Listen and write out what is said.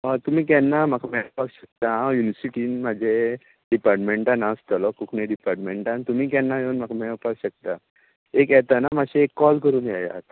हय तुमी केन्ना म्हाका मेळपाक शकता हांव युनीवरसीटीन म्हाजे डिपार्टमेंटां हांव आसतलो कोंकणी डिपार्टमेंटान तुमी केन्ना येवन म्हाका मेळपाक शकता एक येताना मात्शे एक काॅल करून येयात